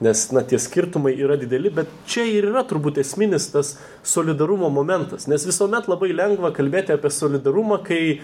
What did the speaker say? nes na tie skirtumai yra dideli bet čia ir yra turbūt esminis tas solidarumo momentas nes visuomet labai lengva kalbėti apie solidarumą kai